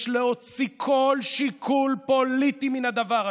יש להוציא כל שיקול פוליטי מן הדבר הזה.